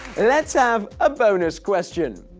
let's have a bonus question.